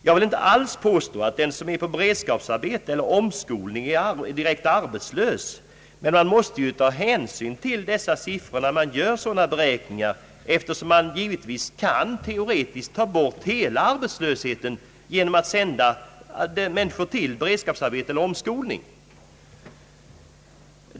Jag vill inte alls påstå att den som är på beredskapsarbete eller omskolning är direkt arbetslös, men man måste ta hänsyn till dessa siffror när man gör sådana beräkningar, eftersom man givetvis teoretiskt helt kan ta bort arbetslösheten genom att sända alla till beredskapsarbete eller omskolning.